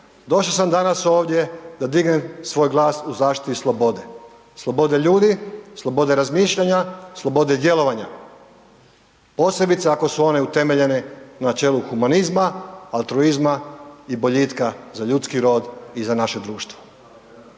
došao sam danas ovdje da dignem svoj glas u zaštiti slobode, slobode ljudi, slobode razmišljanja slobode djelovanja. Posebice ako su one utemeljene na načelu humanizma, altruizma i boljitka za ljudski rod i za naše društvo.